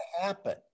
happen